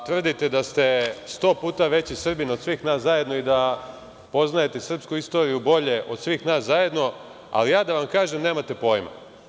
da tvrdite da ste sto puta veći Srbin od svih nas zajedno i da poznajete srpsku istoriju bolje od svih nas zajedno, ali ja da vam kažem – nemate pojma.